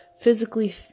physically